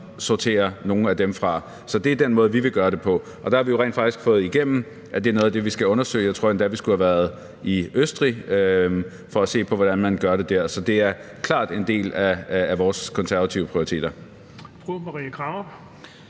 så sorterer nogle af dem fra. Så det er den måde, vi vil gøre det på. Og det har vi jo rent faktisk fået igennem, altså at det er noget af det, vi skal undersøge. Jeg tror endda, at vi skulle have været i Østrig for at se på, hvordan man gør det der. Så det er klart en del af Konservatives prioriteter.